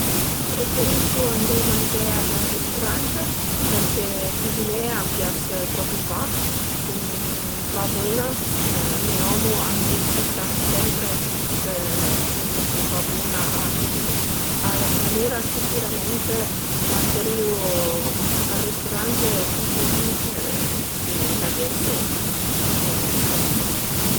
Preferisu andé mangé al risturant përché cüziné a m'pias propi pa, sun pa bun-a, me omu a m'dis sempre chë sun pa bun-a a cüziné e alura sicürament mangerìu al risturant tüti si l'aghese i soldi